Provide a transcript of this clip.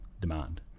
demand